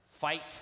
Fight